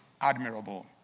admirable